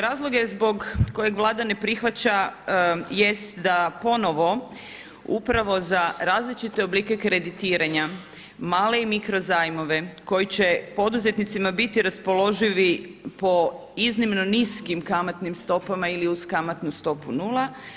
Razloge zbog kojeg Vlada ne prihvaća jest da ponovo upravo za različite oblike kreditiranja, male i mikro zajmove koji će poduzetnicima biti raspoloživi po iznimno niskim kamatnim stopama ili uz kamatnu stopu nula.